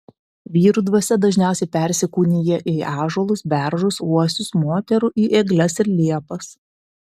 vyrų dvasia dažniausiai persikūnija į ąžuolus beržus uosius moterų į egles ir liepas